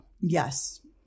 Yes